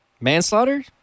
Manslaughter